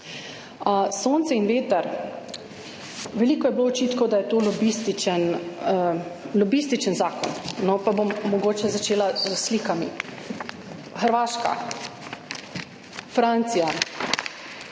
Sonce in veter. Veliko je bilo očitkov, da je to lobističen zakon. No, pa bom mogoče začela s slikami. / pokaže